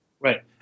Right